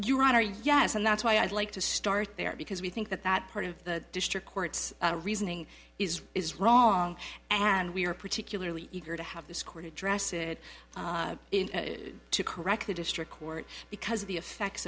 honor yes and that's why i'd like to start there because we think that that part of the district court's reasoning is is wrong and we are particularly eager to have this court address it in to correct the district court because of the effects